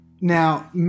Now